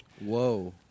Whoa